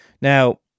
Now